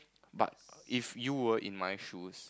but if you were in my shoes